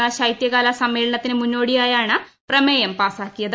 ക്കൂൾത്യകാല സ്മമേളനത്തിന് മുന്നോടിയായാണ് പ്രമേയം പ്രീസ്ലാക്കിയത്